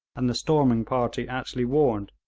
and the storming party actually warned,